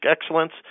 excellence